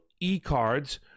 e-cards